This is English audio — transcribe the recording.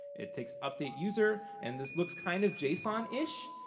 it takes update user, and this looks kind of jsonish.